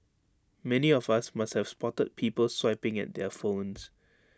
many of us must have spotted people swiping at their phones